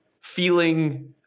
feeling